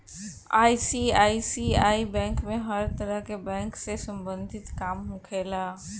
ICICI bank में हर तरह के बैंक से सम्बंधित काम होखेला